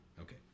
Okay